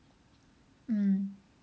mm